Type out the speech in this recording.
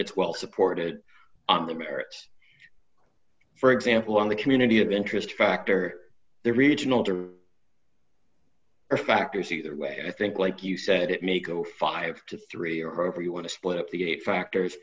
it's well supported on the merits for example on the community of interest factor the regional there are factors either way i think like you said it may go five to three or however you want to split the eight factors